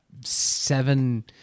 seven